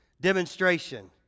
Demonstration